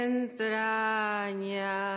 Entraña